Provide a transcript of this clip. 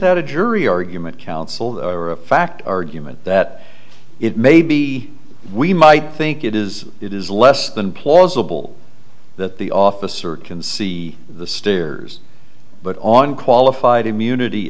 that a jury argument counsel or a fact argument that it may be we might think it is it is less than plausible that the officer can see the stairs but on qualified immunity